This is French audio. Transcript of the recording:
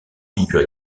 figure